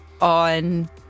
on